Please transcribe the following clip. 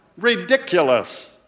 Ridiculous